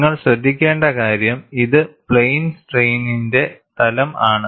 നിങ്ങൾ ശ്രദ്ധിക്കേണ്ട കാര്യം ഇത് പ്ലെയിൻ സ്ട്രെയിനിന്റെ തലം ആണ്